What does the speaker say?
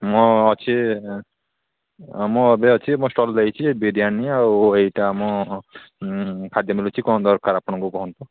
ମୁଁ ଅଛି ମୁଁ ଏବେ ଅଛି ମୁଁ ଷ୍ଟଲ୍ ଦେଇଛି ବିରିୟାନୀ ଆଉ ଏଇଟା ଆମ ଖାଦ୍ୟ ମିଲୁଛି କ'ଣ ଦରକାର ଆପଣଙ୍କୁ କୁହନ୍ତୁ